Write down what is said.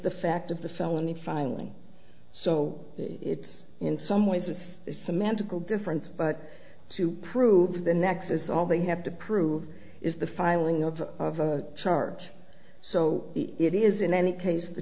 the fact of the felony filing so it's in some ways it's a semantical difference but to prove the nexus all they have to prove is the filing of of a charge so it is in any case the